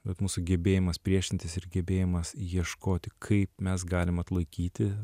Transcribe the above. bet mūsų gebėjimas priešintis ir gebėjimas ieškoti kaip mes galim atlaikyti